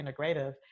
integrative